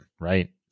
right